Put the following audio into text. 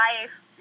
life